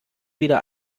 wieder